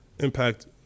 impact